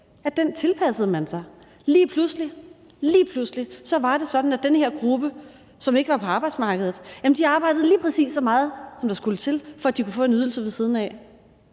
at den tilpassede man sig. Lige pludselig var det sådan, at den her gruppe, som ikke var på arbejdsmarkedet, arbejdede lige præcis så meget, som der skulle til, for at de kunne få en ydelse ved siden af.